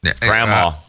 Grandma